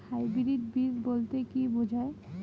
Hybrid বীজ বলতে কী বোঝায়?